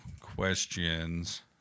questions